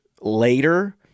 later